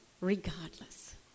Regardless